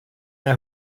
now